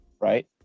right